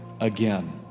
Again